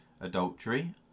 adultery